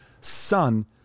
son